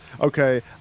Okay